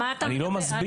מה אתה מסביר?